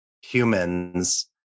humans